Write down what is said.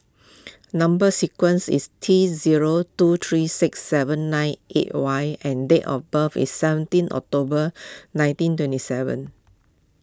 Number Sequence is T zero two three six seven nine eight Y and date of birth is seventeen October nineteen twenty seven